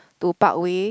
to Parkway